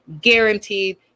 Guaranteed